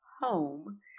home